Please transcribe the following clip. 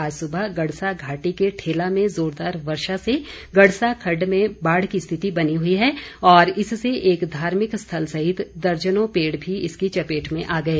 आज सुबह गड़सा घाटी के ठेला में जोरदार वर्षा से गड़सा खड़ड में बाढ़ की स्थिति बनी हई है और इससे एक धार्मिक स्थल सहित दर्जनों पेड़ भी इसकी चपेट में आ गए